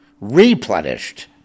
replenished